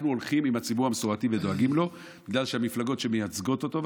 אנחנו הולכים עם הציבור המסורתי ודואגים לו בגלל המפלגות שמייצגות אותו,